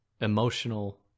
emotional